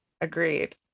Agreed